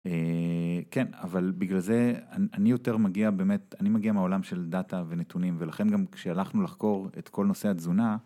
כן אבל בגלל זה אני יותר מגיע באמת, אני מגיע מהעולם של דאטה ונתונים ולכן גם כשהלכנו לחקור את כל נושא התזונה